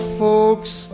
folks